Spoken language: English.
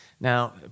Now